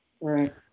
Right